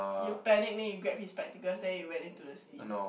you panic then you grab his spectacles then you went into the sea